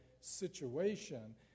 situation